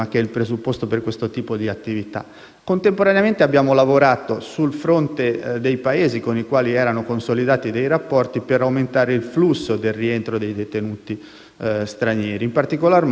Contemporaneamente abbiamo lavorato sul fronte dei Paesi con i quali erano consolidati dei rapporti per aumentare il flusso del rientro dei detenuti stranieri, in particolar modo con l'Albania e con la Romania.